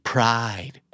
Pride